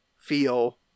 feel